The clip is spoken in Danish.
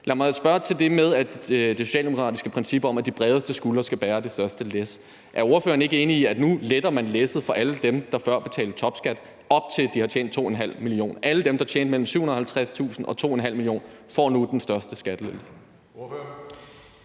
Lad mig spørge til det med det socialdemokratiske princip om, at de bredeste skuldre skal bære det største læs: Er ordføreren ikke enig i, at nu letter man læsset for alle dem, der før betalte topskat, op til at de har tjent 2,5 mio. kr.? Alle dem, der tjente mellem 750.000 kr. og 2,5 mio. kr., får nu den største skattelettelse.